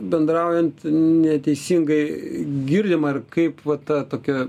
bendraujant neteisingai girdima ar kaip va ta tokia